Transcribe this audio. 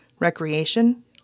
Recreation